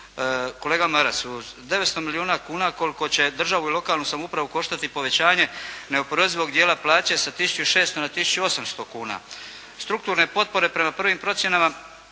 Kolega Maras, 900 milijuna kuna koliko će državu i lokalnu samoupravu koštati povećanje neoporezivog dijela plaće sa 1.600,00 na 1.800,00 kuna, strukturne potpore prema prvim procjenama